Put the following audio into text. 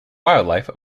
wildlife